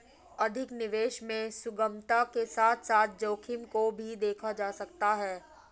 अधिक निवेश में सुगमता के साथ साथ जोखिम को भी देखा जा सकता है